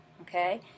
Okay